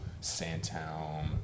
Sandtown